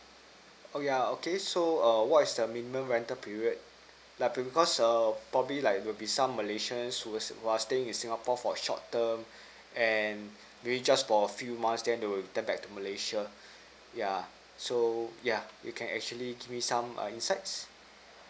oh yeah okay so err what is the minimum rental period like because err probably like will be some malaysians who are who are staying in singapore for short term and will just for a few months then they will return back to malaysia yeah so yeah you can actually give me some err insights